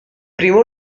primo